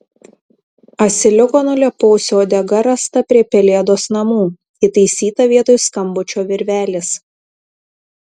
asiliuko nulėpausio uodega rasta prie pelėdos namų įtaisyta vietoj skambučio virvelės